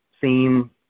theme